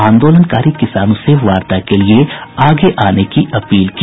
आंदोलनकारी किसानों से वार्ता के लिए आगे आने का अपील की